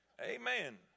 Amen